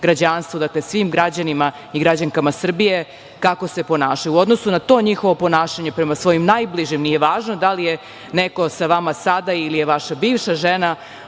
građanstvu, svim građanima i građankama Srbije kako se ponašaju. U odnosu na to njihovo ponašanje prema svojim najbližim, nije važno da li je neko sa vama sada, ili je vaša bivša žena,